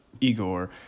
Igor